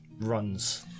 runs